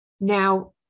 Now